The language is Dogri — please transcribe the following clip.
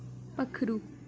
पक्खरू